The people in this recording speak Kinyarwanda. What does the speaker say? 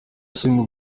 yashimwe